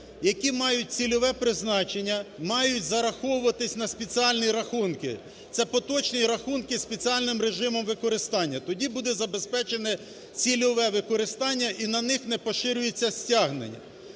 які мають цільове призначення, мають зараховуватися на спеціальні рахунки. Це поточні рахунки зі спеціальним режимом використання. Тоді буде забезпечене цільове використання і на них не поширюється стягнення.